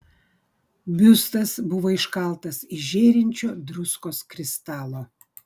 biustas buvo iškaltas iš žėrinčio druskos kristalo